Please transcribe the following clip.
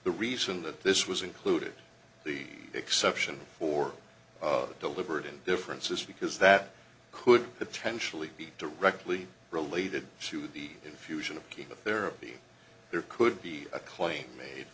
the reason that this was included the exception for deliberate indifference is because that could potentially be directly related to the infusion of chemotherapy there could be a claim made